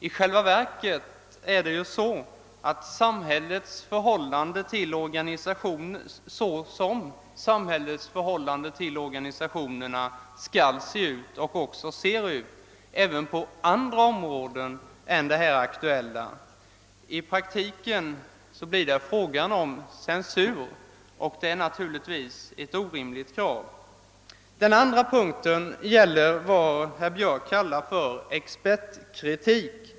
I själva verket är det så som samhällets förhållande till organisationerna skall se ut och också ser ut, även på andra områden än det här aktuella. I praktiken blir det, om herr Björcks krav tillmötesgås, fråga om censur. Hans krav är naturligtvis orimligt. Den andra punkten gäller vad herr Björck kallar expertkritik.